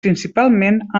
principalment